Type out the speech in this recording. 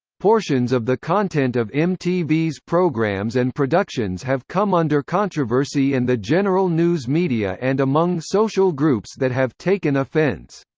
portions of the content of mtv's programs and productions have come under controversy in and the general news media and among social groups that have taken offense.